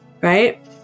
Right